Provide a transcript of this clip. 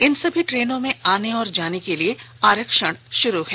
इन सभी ट्रेनों में आने और जाने के लिए आरक्षण शुरू है